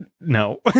No